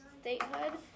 statehood